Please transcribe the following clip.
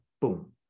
boom